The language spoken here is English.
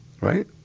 right